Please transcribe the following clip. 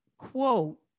quote